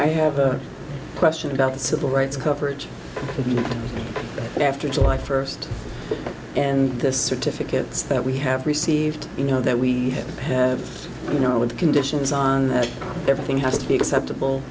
i have a question about the civil rights coverage after july first and the certificates that we have received you know that we have you know with conditions on that everything has to be acceptable